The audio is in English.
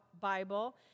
Bible